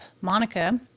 Monica